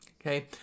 Okay